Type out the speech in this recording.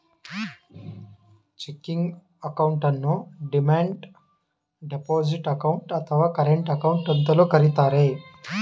checking ಅಕೌಂಟನ್ನು demand deposit account, ಅಥವಾ current account ಅಂತಲೂ ಕರಿತರೆ